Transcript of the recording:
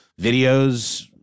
videos